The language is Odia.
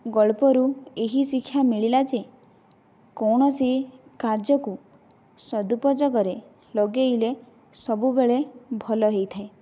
ଗଳ୍ପରୁ ଏହି ଶିକ୍ଷା ମିଳିଲା ଯେ କୌଣସି କାର୍ଯ୍ୟକୁ ସଦୁପଯୋଗରେ ଲଗେଇଲେ ସବୁବେଳେ ଭଲ ହେଇଥାଏ